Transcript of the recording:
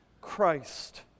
Christ